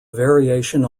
variation